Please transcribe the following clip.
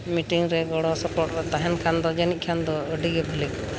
ᱢᱤᱴᱤᱝᱨᱮ ᱜᱚᱲᱚ ᱥᱚᱯᱚᱦᱚᱫ ᱨᱮ ᱛᱟᱦᱮᱱ ᱠᱷᱟᱱ ᱫᱚ ᱡᱟᱹᱱᱤᱡ ᱠᱷᱟᱱ ᱫᱚ ᱟᱹᱰᱤᱜᱮ ᱵᱷᱟᱞᱤ ᱠᱚᱜᱼᱟ